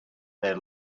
their